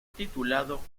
titulado